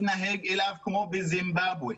מתנהג אליו כמו בזימבבואה.